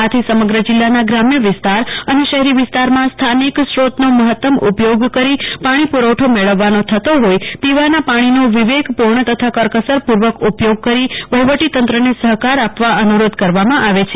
આથી સમગ્ર જિલ્લાના ગ્રામ્ય વિસ્તાર અને શહેરી વિસ્તારમાં સ્થાનિક સ્ત્રોતનો મહત્તમ ઉપયોગ કરી પાણી પુરવઠો મેળવવાનો થતો હોય પીવાના પાણીનો વિવેકપૂર્ણ તથા કરકસરપૂર્વક ઉપયોગ કરી વહીવટી તંત્રને સહકાર આપવા અનુરોધ કરવામાં આવે છે